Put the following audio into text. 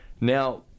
Now